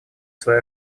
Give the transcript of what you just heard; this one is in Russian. свою